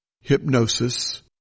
hypnosis